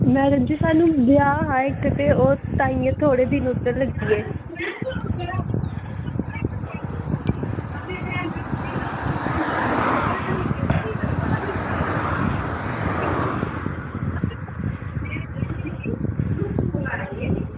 madam ji स्हानू ब्याह् हा ते इक्क ओह् ताहियें थोह्ड़े दिन च लग्गी गे